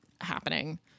happening